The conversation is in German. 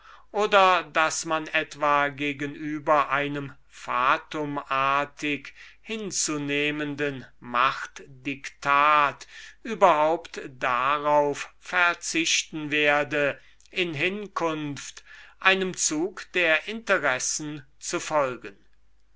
oder daß man etwa gegenüber einem fatumartig hinzunehmenden machtdiktat überhaupt darauf verzichten werde in hinkunft einem zug der interessen zu folgen